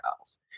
else